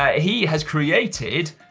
he has created,